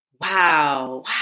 Wow